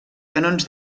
canons